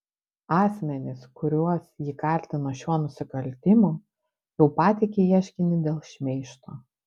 asmenys kuriuos ji kaltina šiuo nusikaltimu jau pateikė ieškinį dėl šmeižto